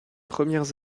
premières